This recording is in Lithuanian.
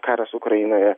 karas ukrainoje